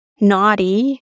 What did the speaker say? naughty